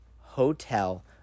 hotel